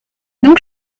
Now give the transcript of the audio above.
donc